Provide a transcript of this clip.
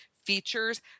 Features